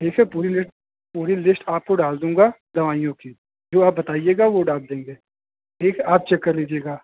जैसे पूरी लिस्ट पूरी लिस्ट आपको डाल दूँगा दवाइयों की जो आप बताइएगा वो डाल देंगे ठीक है आप चेक कर लीजिएगा